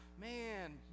man